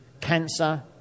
cancer